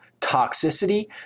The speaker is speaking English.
toxicity